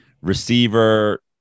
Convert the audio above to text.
receiver